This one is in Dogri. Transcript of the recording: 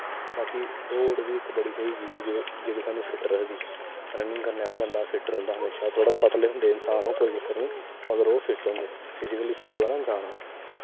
बाकी दौड़ बी इक बड़ी स्हेई चीज़ ऐ जेह्ड़ी सानूं फिट्ट रखदी रनिंग करने आह्ला बंदा फिट्ट रौंह्दा हमेशा थोह्ड़े पतले होंदे इंसान ओह् कोई गल्ल निं मगर ओह् फिट्ट होंदे फिजीकली फिट होऐ ना इंसान